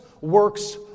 works